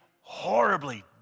horribly